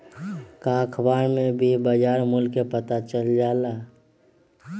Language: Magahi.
का अखबार से भी बजार मूल्य के पता चल जाला?